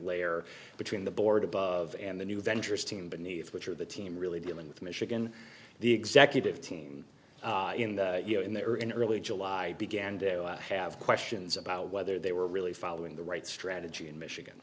layer between the board above and the new avengers team beneath which are the team really dealing with michigan the executive team in the you know in the early july began do have questions about whether they were really following the right strategy in michigan